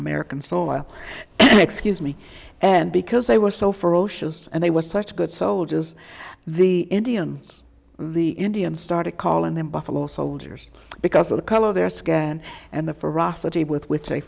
american soil excuse me and because they were so ferocious and they were such good soldiers the indians the indians started calling them buffalo soldiers because of the color of their skin and the ferocity with which